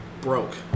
broke